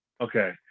Okay